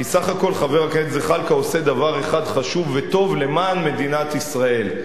כי סך הכול חבר הכנסת זחאלקה עושה דבר אחד חשוב וטוב למען מדינת ישראל,